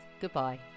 goodbye